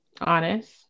Honest